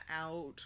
out